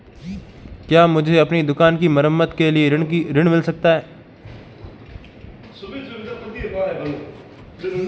क्या मुझे अपनी दुकान की मरम्मत के लिए ऋण मिल सकता है?